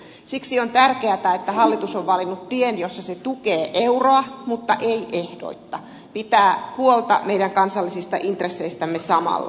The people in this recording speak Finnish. siksi on tärkeätä että hallitus on valinnut tien jossa se tukee euroa mutta ei ehdoitta pitää huolta meidän kansallisista intresseistämme samalla